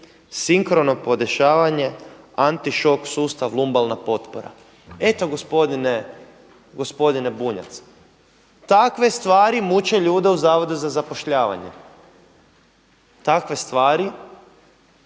sinkrono podešavanje, antišok sustav lumbalna potpora. Eto gospodine Bunjac, takve stvari muče ljude u Zavodu za zapošljavanje. Takve stvari,